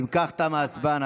אם כך, תמה ההצבעה.